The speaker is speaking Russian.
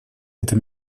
эта